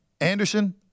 Anderson